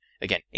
Again